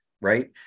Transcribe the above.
right